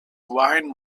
wine